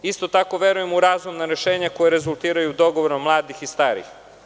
Isto tako verujemo u razumna rešenja koja rezultiraju dogovorom mladih i starih.